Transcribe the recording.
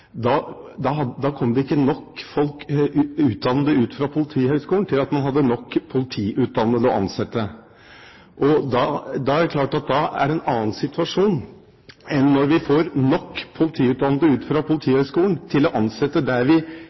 Da ble det ikke utdannet nok folk fra Politihøgskolen til at man hadde nok politiutdannede å ansette. Det er klart at det er en annen situasjon enn når vi får nok politiutdannede fra Politihøgskolen å ansette der vi